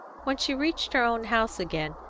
when she reached her own house again,